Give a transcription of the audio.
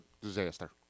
disaster